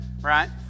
right